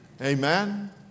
Amen